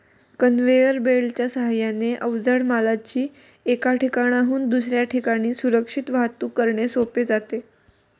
conveyor बेल्टच्या साहाय्याने अवजड मालाची एका ठिकाणाहून दुसऱ्या ठिकाणी सुरक्षित वाहतूक करणे सोपे जाते